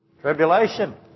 Tribulation